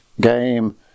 game